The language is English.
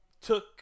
took